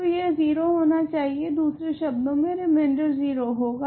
तो यह 0 होना चाहिए दूसरे शब्दो मे रेमिंदर 0 होगा